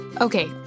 Okay